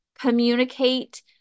Communicate